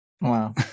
Wow